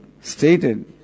stated